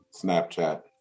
Snapchat